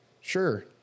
Sure